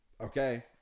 okay